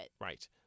Right